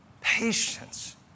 Patience